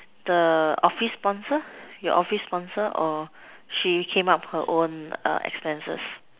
the office sponsor your office sponsor or she came out her own err expenses